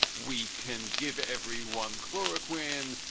we can give every one chloro quinn.